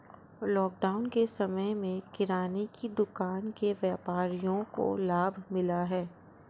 lockdown के समय में किराने की दुकान के व्यापारियों को लाभ मिला है